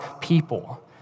people